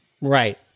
Right